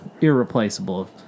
irreplaceable